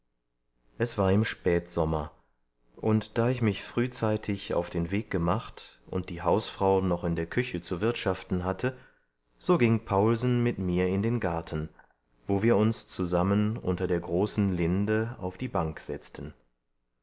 es war im spätsommer und da ich mich frühzeitig auf den weg gemacht und die hausfrau noch in der küche zu wirtschaften hatte so ging paulsen mit mir in den garten wo wir uns zusammen unter der großen linde auf die bank setzten